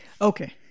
Okay